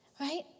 Right